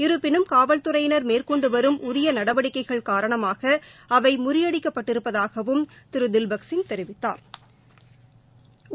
இரு்பபினும் காவல்துறையினா் மேற்கொண்டு வரும் உரிய நடவடிக்கைகள் காரணமாக அவை முறியடிக்கப்பட்டிருப்பதாகவும் திரு தில்பக் சிங் தெரிவித்தாா்